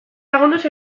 lagunduz